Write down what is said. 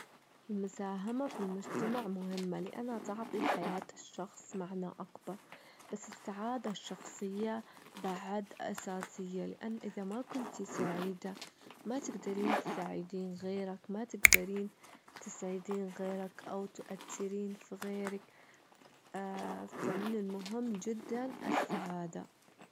المساهمة في المجتمع مهمة، لأنها تعطي حياة الشخص معنى أكبر، بس السعادة الشخصية بعد أساسية، لأن إذا ما كنتي سعيدة ما تجدرين تساعدين غيرك، ما تجدرين تسعدين غيرك أو تؤثرين في غيرك فمن المهم جداً السعادة.